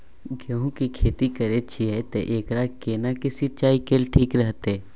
गेहूं की खेती करे छिये ते एकरा केना के सिंचाई कैल ठीक रहते?